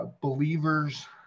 believers